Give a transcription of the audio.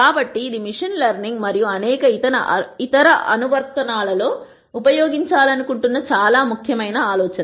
కాబట్టి ఇది machine learning మరియు అనేక ఇతర అనువర్తనాలలో ఉపయోగించాలనుకుంటున్న చాలా ముఖ్యమైన ఆలోచన